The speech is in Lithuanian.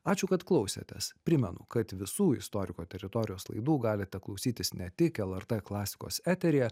ačiū kad klausėtės primenu kad visų istoriko teritorijos laidų galite klausytis ne tik lrt klasikos eteryje